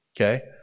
Okay